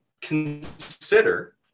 consider